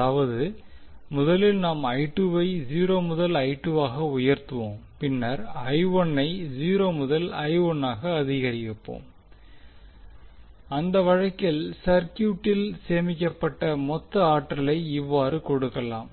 அதாவது முதலில் நாம் ஐ 0 முதல் ஆக உயர்த்துவோம் பின்னர் ஐ 0 முதல் ஆக அதிகரிப்போம் அந்த வழக்கில் சர்க்யூட்டில் சேமிக்கப்பட்ட மொத்த ஆற்றலை இவ்வாறு கொடுக்கலாம்